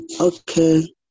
Okay